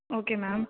okay ma'am